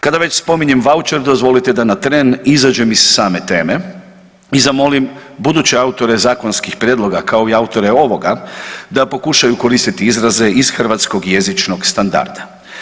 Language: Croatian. Kada već spominjem vaučer, dozvolite da na tren izađem iz same teme i zamolim buduće autore zakonskih prijedloga kao i autore ovoga da pokušaju koristiti izraze iz hrvatskog jezičnog standarda.